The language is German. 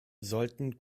sollten